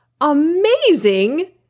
amazing